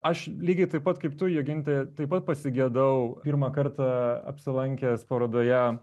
aš lygiai taip pat kaip tu joginte taip pat pasigedau pirmą kartą apsilankęs parodoje